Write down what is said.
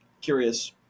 curious